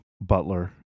Butler